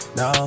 no